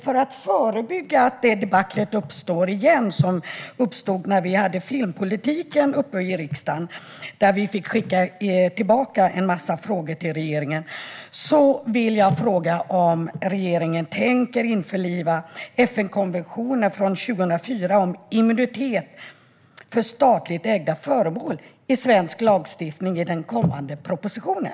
För att förebygga att det debacle uppstår igen som uppstod när vi hade filmpolitiken uppe i riksdagen och vi skickade tillbaka en massa frågor till regeringen vill jag fråga om regeringen tänker införliva FN-konventionen från 2004 om immunitet för statligt ägda föremål i svensk lagstiftning i den kommande propositionen.